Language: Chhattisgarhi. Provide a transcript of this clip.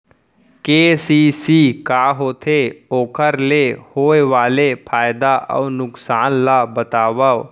के.सी.सी का होथे, ओखर ले होय वाले फायदा अऊ नुकसान ला बतावव?